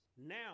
now